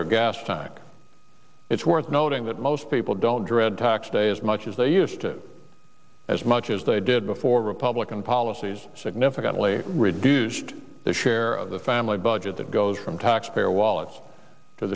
their gas tank it's worth noting that most people don't dread tax day as much as they use as much as they did before republican policies significantly reduce the share of the family budget that goes from taxpayer wallets to